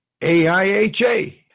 AIHA